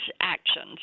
actions